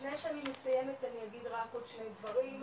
לפני שאני מסיימת אני אגיד רק עוד שני דברים.